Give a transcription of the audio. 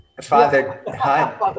Father